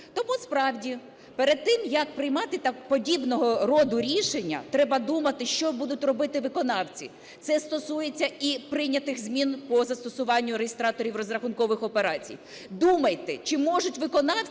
Тому, справді, перед тим, як приймати подібного роду рішення, треба думати, що будуть робити виконавці. Це стосується і прийнятих змін по застосуванню реєстраторів розрахункових операцій. Думайте, чи можуть виконавці